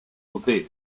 poté